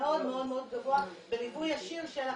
מאוד גבוה בליווי ישיר של הקצינים.